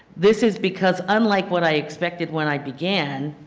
this is because unlike what i expected when i began,